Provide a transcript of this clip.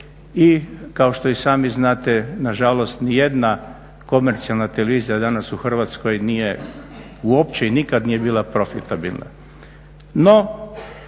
I kao što i sami znate, na žalost ni jedna komercijalna televizija danas u Hrvatskoj nije uopće i nikad nije bila profitabilna.